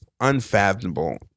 unfathomable